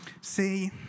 see